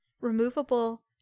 removable